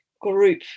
group